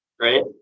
right